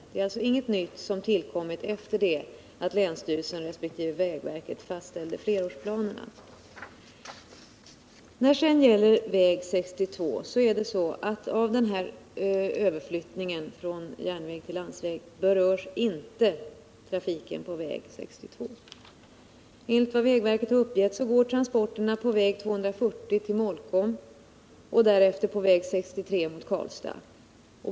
Det har alltså inte tillkommit något nytt efter det att länsstyrelsen resp. vägverket fastställde flerårsplanerna. Molkom och därefter på väg 63 mot Karlstad.